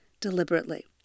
deliberately